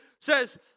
Says